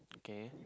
okay